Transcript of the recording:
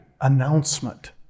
announcement